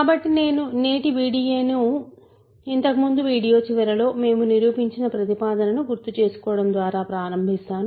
కాబట్టి నేటి వీడియోను ఇంతకు ముందు వీడియో చివరలో మేము నిరూపించిన ప్రతిపాదనను గుర్తుచేసుకోవడం ద్వారా ప్రారంభిస్తాను